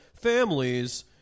families